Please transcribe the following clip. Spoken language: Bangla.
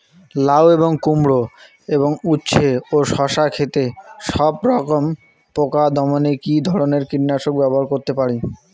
লাউ এবং কুমড়ো এবং উচ্ছে ও শসা ক্ষেতে সবরকম পোকা দমনে কী ধরনের কীটনাশক ব্যবহার করতে পারি?